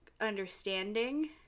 understanding